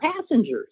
passengers